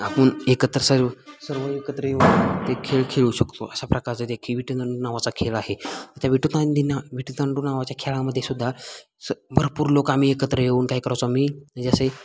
आपण एकत्र सर्व सर्व एकत्र येऊन ते खेळ खेळू शकतो अशा प्रकारचं देखील विटीदांडू नावाचा खेळ आहे त्या विटीदांडू नावाच्या खेळामध्ये सुद्धा स भरपूर लोक आम्ही एकत्र येऊन काय करायचो आम्ही म्हणजे असे